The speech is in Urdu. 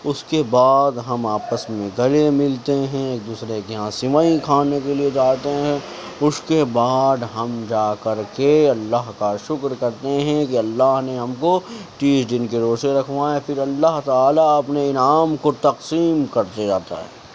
اس کے بعد ہم آپس میں گلے ملتے ہیں ایک دوسرے کے یہاں سیوئی کھانے کے لیے جاتے ہیں اس کے بعد ہم جا کر کے اللہ کا شکر کرتے ہیں کہ اللہ نے ہم کو تیس دن كے روزے ركھوائے پھر اللہ تعالیٰ اپنے انعام كو تقسیم كرتے جاتا ہے